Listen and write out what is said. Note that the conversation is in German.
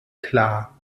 klar